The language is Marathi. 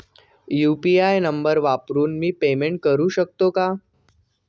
यु.पी.आय नंबर वापरून मी पेमेंट करू शकते का?